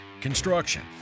construction